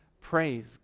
praise